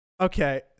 Okay